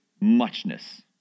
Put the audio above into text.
muchness